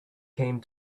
came